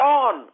on